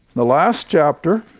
the last chapter,